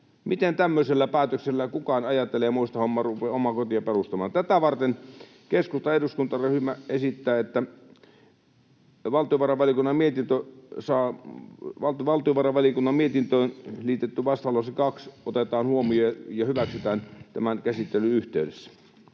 miten tämmöisillä päätöksillä kukaan ajattelee moista hommaa ja rupeaa omaa kotia perustamaan? Tätä varten keskustan eduskuntaryhmä esittää, että valtiovarainvaliokunnan mietintöön liitetty vastalause 2 otetaan huomioon ja hyväksytään tämän käsittelyn yhteydessä.